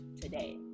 today